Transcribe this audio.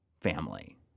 family